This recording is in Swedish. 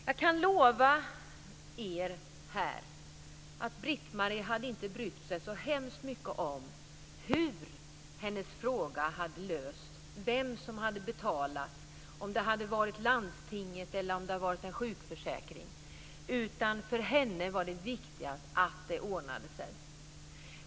Jag kan lova er här att Britt-Marie inte hade brytt sig så hemskt mycket om hur hennes problem hade lösts och vem som hade betalat, om det hade varit landstinget eller en sjukförsäkring. För henne var det viktigast att det ordnade sig.